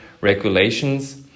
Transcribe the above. regulations